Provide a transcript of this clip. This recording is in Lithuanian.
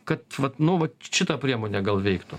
kad vat nu va šita priemonė gal veiktų